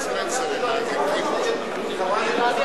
אם אני לא מסכים --- זה כאילו אני